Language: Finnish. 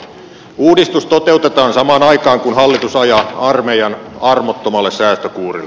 uudistus toteutetaan samaan aikaan kun hallitus ajaa armeijan armottomalle säästökuurille